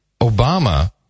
Obama